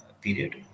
period